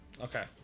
Okay